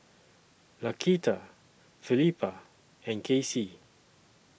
Laquita Felipa and Kaycee